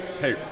hey